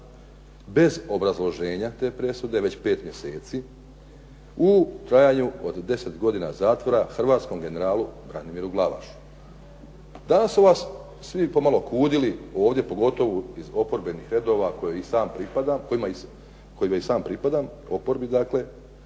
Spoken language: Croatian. bez obrazloženja te presude već 5 mjeseci u trajanju od 10 godina zatvora hrvatskom generalu Branimiru Glavašu. Danas su vas svi pomalo kudili ovdje pogotovo iz oporbenih redova kojima i sam pripadam, oporbi dakle,